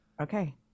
okay